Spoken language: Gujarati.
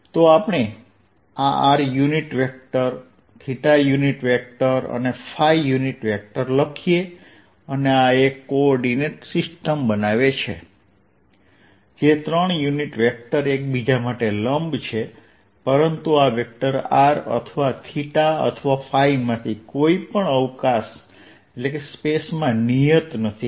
તો આપણે આ r unit vector unit vector અને ϕ યુનિટ વેક્ટર લખીએ અને આ એક કોઓર્ડિનેટ સિસ્ટમ બનાવે છે જે ત્રણ યુનિટ વેક્ટર એકબીજા માટે લંબ છે પરંતુ આ વેક્ટર r અથવા અથવાϕમાંથી કોઈપણ અવકાશ માં નિયત નથી